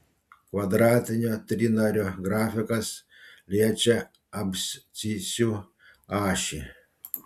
kvadratinio trinario grafikas liečia abscisių ašį